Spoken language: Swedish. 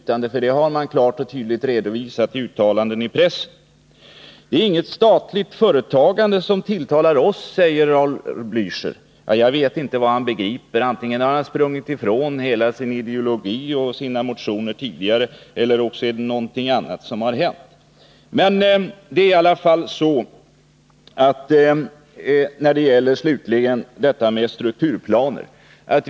Att man har fått det har man klart och tydligt redovisat i uttalanden i pressen. Det är inte statligt företagande som tilltalar oss, säger Raul Blächer. Antingen har han nu sprungit ifrån hela sin ideologi och sina motioner eller också har någonting annat hänt. Slutligen detta med strukturplaner.